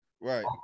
Right